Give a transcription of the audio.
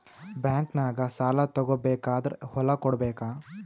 ಬ್ಯಾಂಕ್ನಾಗ ಸಾಲ ತಗೋ ಬೇಕಾದ್ರ್ ಹೊಲ ಕೊಡಬೇಕಾ?